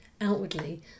outwardly